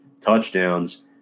touchdowns